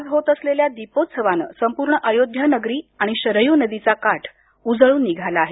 आज होत असलेल्या दीपोत्सवानं संपूर्ण अयोध्या नगरी आणि शरयू नदीचा काठ उजळून निघाला आहे